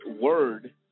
Word